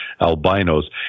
albinos